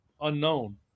unknown